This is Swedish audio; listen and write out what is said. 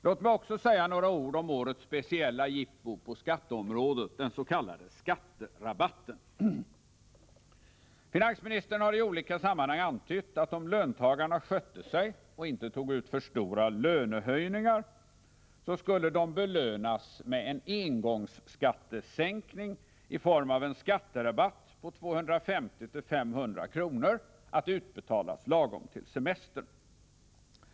Låt mig också säga några ord om årets speciella jippo på skatteområdet, den s.k. skatterabatten. Finansministern har i olika sammanhang antytt att om löntagarna skötte sig och inte tog ut för stora lönehöjningar, skulle de belönas med en engångsskattesänkning i form av en skatterabatt på 250-500 kr., att utbetalas lagom till semestern.